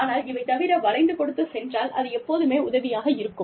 ஆனால் இவை தவிர வளைந்து கொடுத்துச் சென்றால் அது எப்போதுமே உதவியாக இருக்கும்